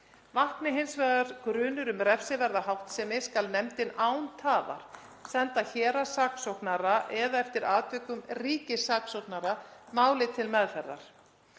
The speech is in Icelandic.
Vakni hins vegar grunur um refsiverða háttsemi skal nefndin án tafar senda héraðssaksóknara eða eftir atvikum ríkissaksóknara málið til meðferðar.